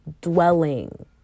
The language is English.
dwelling